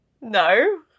No